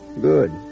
Good